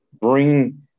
bring